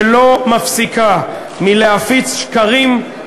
שלא מפסיקה להפיץ שקרים,